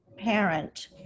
parent